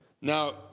Now